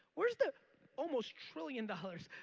where's the almost trillion dollars,